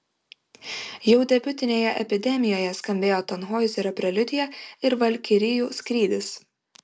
jau debiutinėje epidemijoje skambėjo tanhoizerio preliudija ir valkirijų skrydis